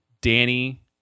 Danny